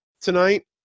tonight